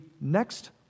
next